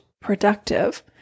productive